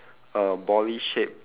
a bally shape